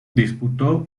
disputó